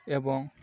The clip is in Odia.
ଏବଂ